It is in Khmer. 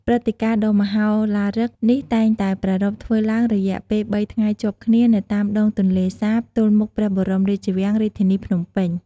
ព្រឹត្តិការណ៍ដ៏មហោឡារឹកនេះតែងតែប្រារព្ធធ្វើឡើងរយៈពេលបីថ្ងៃជាប់គ្នា នៅតាមដងទន្លេសាប ទល់មុខព្រះបរមរាជវាំង រាជធានីភ្នំពេញ។